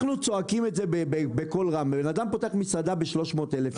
אנחנו צועקים על זה בקול רם בן אדם פותח מסעדה ב-300 אלף שקל.